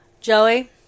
Joey